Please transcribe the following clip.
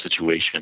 situation